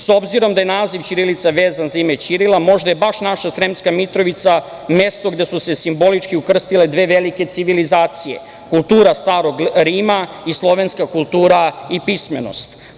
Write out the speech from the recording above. S obzirom da je naziv ćirilica vezan za ime Ćirila, možda je baš naša Sremska Mitrovica mesto gde su se simbolično ukrstile dve velike civilizacije – kultura Starog Rima i slovenska kultura i pismenost.